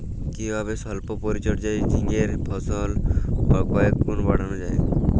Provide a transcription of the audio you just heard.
কিভাবে সল্প পরিচর্যায় ঝিঙ্গের ফলন কয়েক গুণ বাড়ানো যায়?